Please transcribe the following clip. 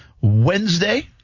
Wednesday